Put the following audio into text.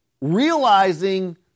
realizing